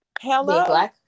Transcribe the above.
hello